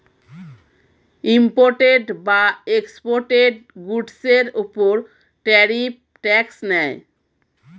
imported বা exported গুডসের উপর ট্যারিফ ট্যাক্স নেয়